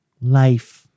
life